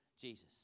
Jesus